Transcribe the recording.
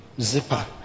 zipper